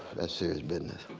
that's serious business.